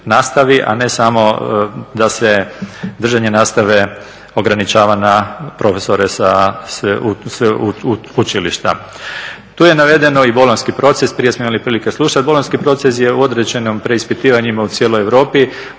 a ne samo da se držanje nastave ograničava na profesore sa sveučilišta. Tu je naveden i bolonjski proces, prije smo imali prilike slušati. Bolonjski proces je u određenim preispitivanjima u cijeloj Europi.